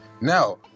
now